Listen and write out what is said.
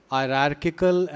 hierarchical